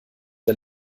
der